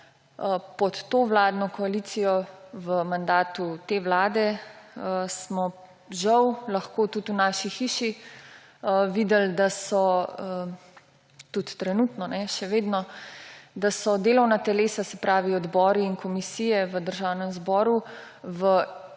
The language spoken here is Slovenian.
Pod to vladno koalicijo, v mandatu te vlade smo žal lahko tudi v naši hiši videli, da so tudi trenutno še vedno delovna telesa, se pravi odbori in komisije, v Državnem zboru v